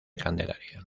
candelaria